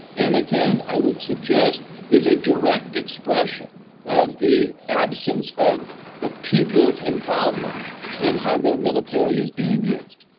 and again i would suggest is a direct expression of the absence of the people's involvement in how their military is being used.